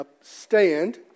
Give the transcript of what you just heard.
stand